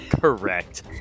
Correct